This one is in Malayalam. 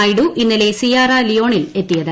നായിഡു ഇന്നലെ സിയാറ ലിയോണിൽ എത്തിയത്